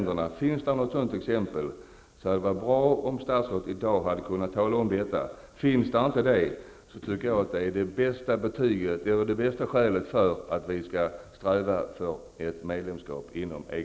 Det skulle vara bra om statsrådet kunde tala om det i dag. Om det inte finns något exempel, anser jag att det är det bästa skälet för att Sverige skall sträva efter ett medlemskap i EG.